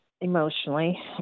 emotionally